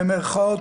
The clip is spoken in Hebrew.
במירכאות,